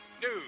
news